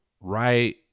right